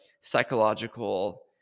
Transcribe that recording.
psychological